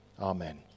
amen